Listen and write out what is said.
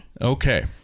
Okay